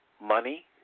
money